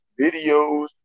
videos